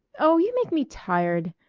oh, you make me tired.